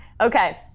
Okay